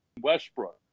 Westbrook